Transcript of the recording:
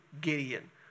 Gideon